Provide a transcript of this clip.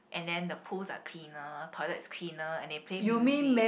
and then the pools are cleaner toilet is cleaner and they play music